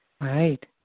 Right